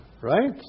right